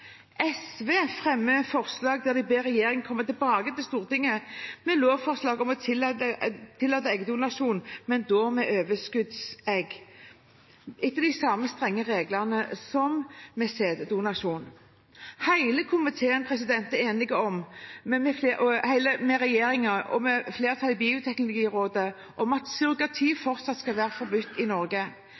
SV fremmer et forslag der de ber regjeringen komme tilbake til Stortinget med lovforslag om å tillate eggdonasjon med overskuddsegg, etter de samme strenge reglene som for sæddonasjon. Hele komiteen er enig med regjeringen og flertallet i Bioteknologirådet i at surrogati fortsatt skal være forbudt i Norge.